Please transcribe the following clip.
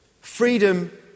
Freedom